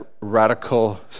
radical